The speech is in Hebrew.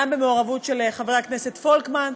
וגם במעורבות של חבר הכנסת פולקמן,